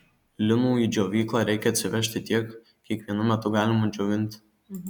linų į džiovyklą reikia atsivežti tiek kiek vienu metu galima džiovinti